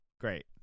Great